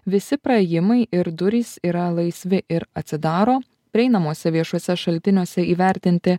visi praėjimai ir durys yra laisvi ir atsidaro prieinamuose viešuose šaltiniuose įvertinti